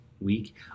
week